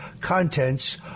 contents